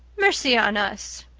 mercy on us,